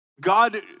God